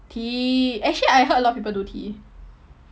T actually I heard a lot of people do T